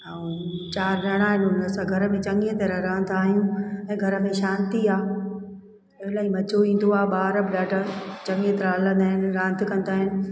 ऐं चारि नि ऐं असां घर में चङी तरह रहंदा आहियूं ऐं घर में शांती आहे इलाही मज़ो ईंदो आहे ॿार बि ॾाढा चङी तरह हलंदा आहिनि रांधि कंदा आहिनि